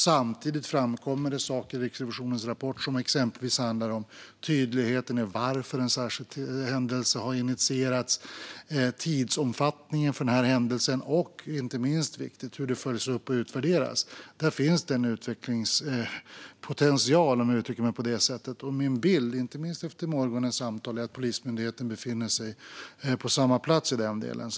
Samtidigt framkommer det saker i Riksrevisionens rapport som exempelvis handlar om tydligheten i fråga om varför en särskild händelse har initierats, om tidsomfattningen för händelsen och - det är inte minst viktigt - hur detta följs upp och utvärderas. Där finns det en utvecklingspotential, om jag uttrycker mig på det sättet. Min bild är, inte minst efter morgonens samtal, att Polismyndigheten befinner sig på samma plats i den delen.